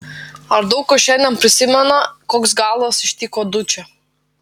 ar daug kas šiandien prisimena koks galas ištiko dučę